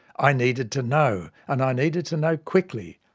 i needed to know, and i needed to know quickly.